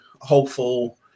hopeful